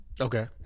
okay